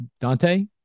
Dante